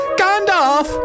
gandalf